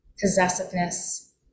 possessiveness